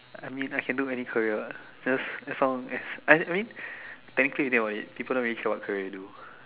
I mean I can do any career just as long as I mean technically people don't really care what career you do